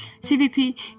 CVP